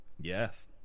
Yes